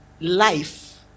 life